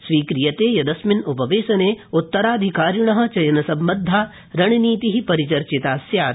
स्वीक्रियते यदस्मिन् उपवेशने उत्तराधिकारिण चयनसम्बद्वा रणनीति परिचर्चिता स्यात्